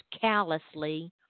callously